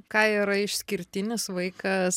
kaja yra išskirtinis vaikas